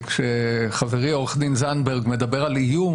כשחברי עו"ד זנדברג מדבר על איום,